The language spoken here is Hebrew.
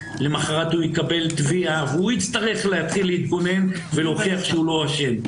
למוחרת הוא יקבל תביעה והוא יצטרך להתחיל להתגונן ולהוכיח שהוא לא אשם.